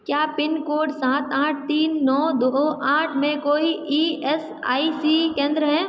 क्या पिनकोड सात आठ तीन नौ दो आठ में कोई ई एस आई सी केंद्र है